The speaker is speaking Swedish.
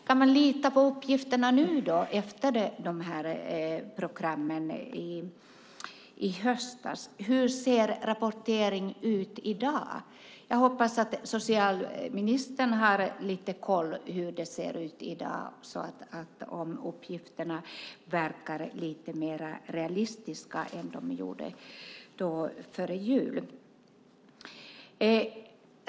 Kan man lita på uppgifterna nu då, efter de här programmen i höstas? Hur ser rapporteringen ut i dag? Jag hoppas att socialministern har lite koll på hur det ser ut i dag och om uppgifterna verkar lite mer realistiska än de gjorde före jul.